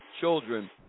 children